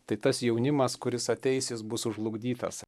tai tas jaunimas kuris ateis jis bus sužlugdytas